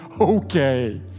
okay